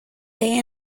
day